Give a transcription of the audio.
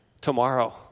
tomorrow